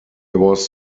was